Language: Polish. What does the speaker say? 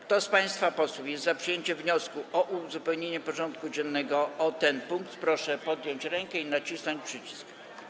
Kto z państwa posłów jest za przyjęciem wniosku o uzupełnienie porządku dziennego o ten punkt, proszę podnieść rękę i nacisnąć przycisk.